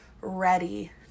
ready